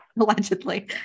Allegedly